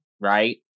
right